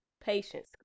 patience